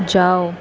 جاؤ